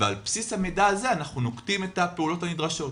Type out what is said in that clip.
ועל בסיס המידע הזה אנחנו נוקטים את הפעולות הנדרשות,